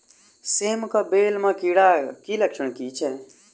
सेम कऽ बेल म कीड़ा केँ लक्षण की छै?